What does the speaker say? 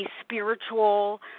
spiritual